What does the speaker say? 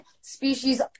species